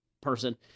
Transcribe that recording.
person